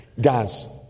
Guys